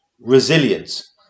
Resilience